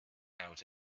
out